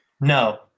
No